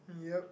yup